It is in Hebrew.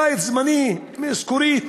בית זמני, מאיסכורית.